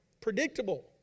predictable